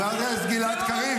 חבר הכנסת גלעד קריב.